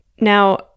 Now